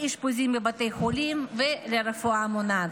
לאשפוזים בבתי חולים ולרפואה מונעת.